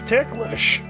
Ticklish